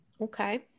Okay